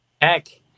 Heck